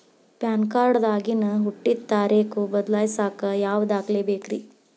PAN card ದಾಗಿನ ಹುಟ್ಟಿದ ತಾರೇಖು ಬದಲಿಸಾಕ್ ಯಾವ ದಾಖಲೆ ಬೇಕ್ರಿ?